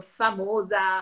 famosa